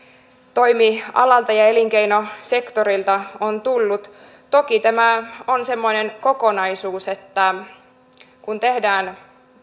toimialalta ja elinkeinosektorilta on tullut toki tämä on semmoinen kokonaisuus kun tehdään